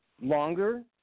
longer